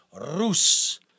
Rus